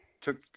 took